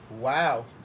Wow